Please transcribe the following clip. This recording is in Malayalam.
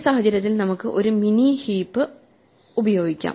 ഈ സാഹചര്യത്തിൽ നമുക്ക് ഒരു മിനി ഹീപ്പ് ഉപയോഗിക്കാം